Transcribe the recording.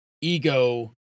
ego –